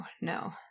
no